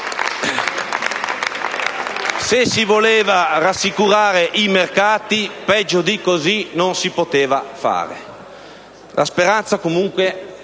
Se si volevano rassicurare i mercati, peggio di così non si poteva fare. La speranza, comunque,